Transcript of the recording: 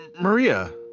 Maria